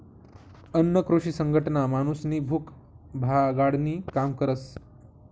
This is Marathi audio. अन्न कृषी संघटना माणूसनी भूक भागाडानी काम करस